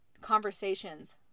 conversations